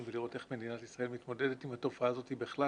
ולראות איך מדינת ישראל מתמודדת עם התופעה הזאת בכלל.